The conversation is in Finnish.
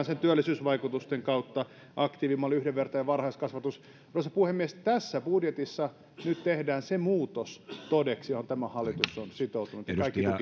sen työllisyysvaikutusten kautta aktiivimalli yhdenvertainen varhaiskasvatus arvoisa puhemies tässä budjetissa nyt tehdään se muutos todeksi johon tämä hallitus on sitoutunut ja